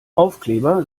aufkleber